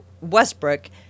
Westbrook